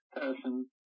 person